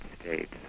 States